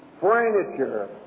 furniture